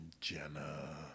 Jenna